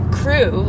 crew